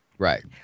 Right